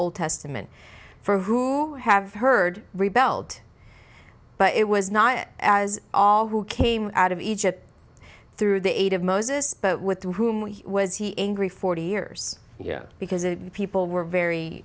old testament for who have heard rebelled but it was not as all who came out of egypt through the aid of moses but with whom he was he angry forty years yet because it people were very